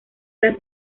las